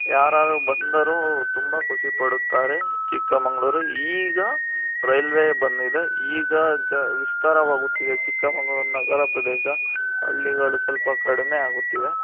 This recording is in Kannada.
ಯಾರಾದ್ರೂ ಬಂದರೂ ತುಂಬ ಖುಷಿಪಡುತ್ತಾರೆ ಚಿಕ್ಕಮಗಳೂರು ಈಗ ರೈಲ್ವೆ ಬಂದಿದೆ ಈಗ ಜ ವಿಸ್ತಾರವಾಗುತ್ತಿದೆ ಚಿಕ್ಕಮಗಳೂರು ನಗರ ಪ್ರದೇಶ ಹಳ್ಳಿಗಳು ಸ್ವಲ್ಪ ಕಡಿಮೆ ಆಗುತ್ತಿವೆ